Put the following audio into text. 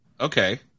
Okay